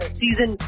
season